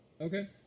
okay